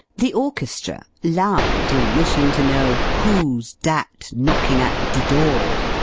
the orchestra, loud in wishing to know who's dat knocking at de door?